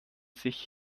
sich